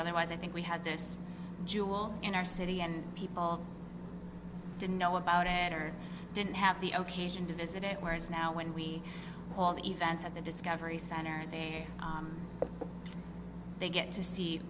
otherwise i think we had this jewel in our city and people didn't know about it or didn't have the ok to visit it whereas now when we all the events at the discovery center they get to see